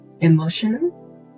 emotional